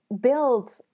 build